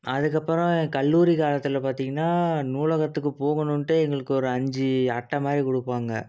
அதுக்கப்புறம் என் கல்லூரி காலத்தில் பார்த்திங்கனா நூலகத்துக்கு போகணுன்ட்டே எங்களுக்கு ஒரு அஞ்சு அட்டைமாதிரி கொடுப்பாங்க